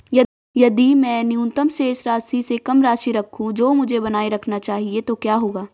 यदि मैं न्यूनतम शेष राशि से कम राशि रखूं जो मुझे बनाए रखना चाहिए तो क्या होगा?